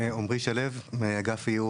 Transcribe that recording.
שמי עומרי שליו מאגף ייעור